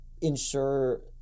ensure